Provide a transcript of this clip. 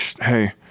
hey